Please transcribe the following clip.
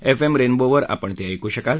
F M रेनबोवर आपण ते ऐकू शकाल